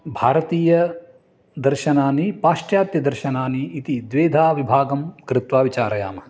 भारतीयदर्शनानि पाश्चात्यदर्शनानि इति द्विधा विभागं कृत्वा विचारयामः